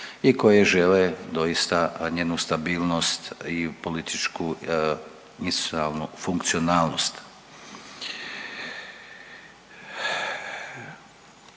i koje žele doista njenu stabilnost i političku institucionalnu